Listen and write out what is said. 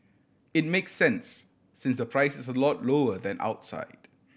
it makes sense since the price is a lot lower than outside